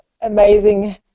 amazing